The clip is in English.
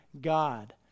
God